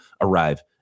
arrive